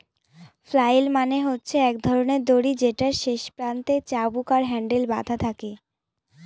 flail মানে হচ্ছে এক ধরনের দড়ি যেটার শেষ প্রান্তে চাবুক আর হ্যান্ডেল বাধা থাকে